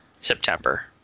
September